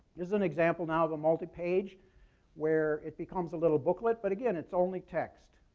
is an example now of a multi-page where it becomes a little booklet, but again, it's only text.